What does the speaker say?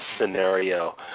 scenario